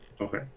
okay